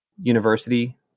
university